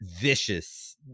vicious